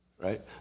right